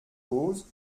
cause